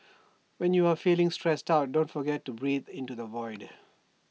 when you are feeling stressed out don't forget to breathe into the void